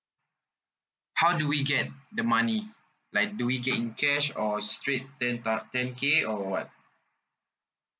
how do we get the money like do we get in cash or straight ten thou~ ten K or what